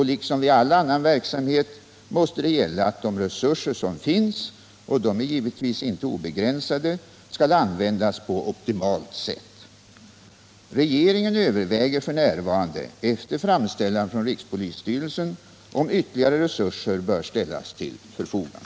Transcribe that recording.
Liksom vid all annan verksamhet måste det gälla att de resurser som finns — och de är givetvis inte obegränsade — skall användas på optimalt sätt. Regeringen överväger f. n., efier framställan från rikspolisstyrelsen, om ytterligare resurser bör ställas till förfogande.